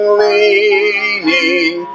leaning